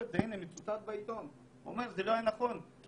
מצוטט בעיתון שהוא אומר שזה לא היה נכון כי